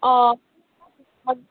অঁ